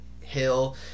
Hill